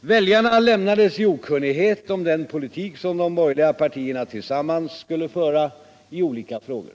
Väljarna lämnades i okunnighet om den politik som de borgerliga partierna tullsammans skulle föra i olika frågor.